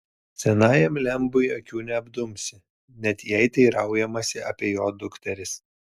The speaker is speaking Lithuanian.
senajam lembui akių neapdumsi net jei teiraujamasi apie jo dukteris